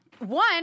One